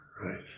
Right